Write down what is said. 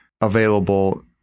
available